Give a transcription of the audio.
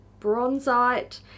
bronzite